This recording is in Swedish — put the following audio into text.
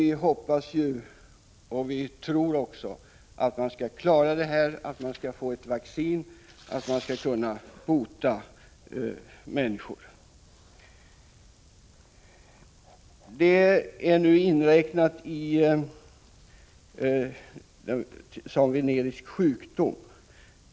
Vi hoppas och tror att man skall klara problemet, och hitta ett vaccin, så att människor kan botas. Aids är nu klassad som venerisk sjukdom.